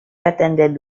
attended